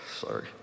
sorry